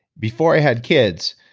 before i had kids,